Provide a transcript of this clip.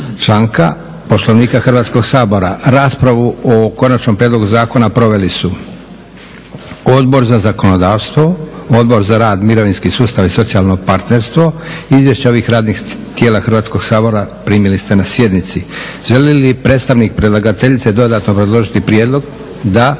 članka Poslovnika Hrvatskoga sabora. Raspravu o Konačnom prijedlogu Zakona proveli su Odbor za zakonodavstvo, Odbor za rad, mirovinski sustav i socijalno partnerstvo. Izvješća ovih radnih tijela Hrvatskoga sabora primili ste na sjednici. Želi li predstavnik predlagateljice dodatno obrazložiti prijedlog? Da.